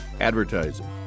Advertising